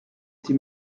été